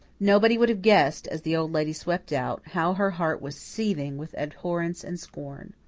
nobody would have guessed, as the old lady swept out, how her heart was seething with abhorrence and scorn.